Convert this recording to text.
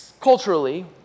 culturally